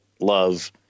love